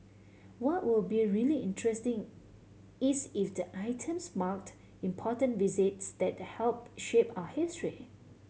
what will be really interesting is if the items marked important visits that helped shape our history